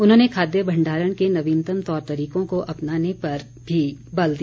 उन्होंने खाद्य भण्डारण के नवीनतम तौर तरीकों को अपनाने पर भी बल दिया